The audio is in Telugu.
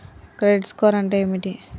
క్రెడిట్ స్కోర్ అంటే ఏమిటి?